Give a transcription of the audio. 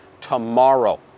tomorrow